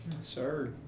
sir